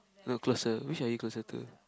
no closer which are you closer to